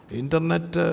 internet